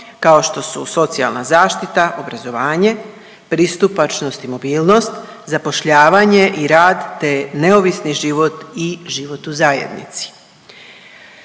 kao što su socijalna zaštita, obrazovanje, pristupačnost i mobilnost, zapošljavanje i rad te neovisni život i život u zajednici.